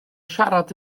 siarad